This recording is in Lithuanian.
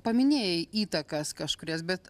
paminėjai įtakas kažkurias bet